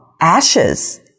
ashes